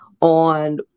on